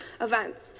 events